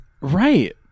Right